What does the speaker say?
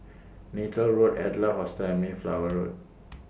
Neythal Road Adler Hostel and Mayflower Road